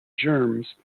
germs